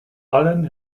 allen